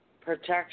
protection